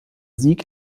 sieg